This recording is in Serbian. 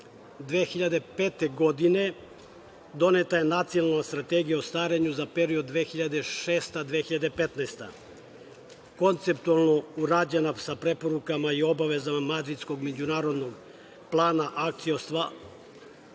2005. doneta je Nacionalna strategija o starenju za period 2006-2015. godina, konceptualno urađena sa preporukama i obavezama Madridskog međunarodnog plana akcija